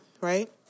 Right